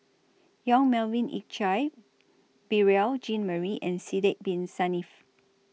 Yong Melvin Yik Chye Beurel Jean Marie and Sidek Bin Saniff